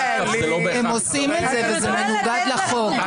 אתם אומרים שזה כללי, לא קשור לדגל.